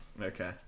Okay